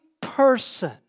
person